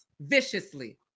viciously